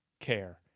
care